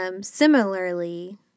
similarly